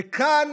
וכאן